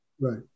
Right